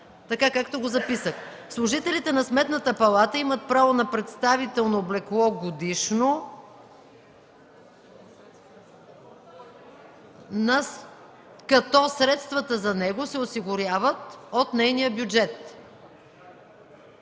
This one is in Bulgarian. така, както го записах: „Служителите на Сметната палата имат право на представително облекло годишно, като средствата за него се осигуряват от нейния бюджет.